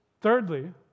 thirdly